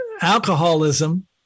alcoholism